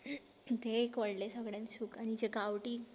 तें एक व्हडलें सगळ्यान सूख आनी जें गांवठी